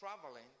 traveling